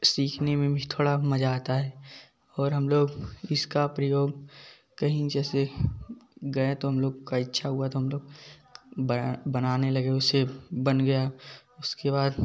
सीखने में भी थोड़ा मजा आता है और हम लोग इसका प्रयोग कहीं जैसे गए तो हम लोग का इच्छा हुआ तो हम लोग बना बनाने उसे बना गया उसके बाद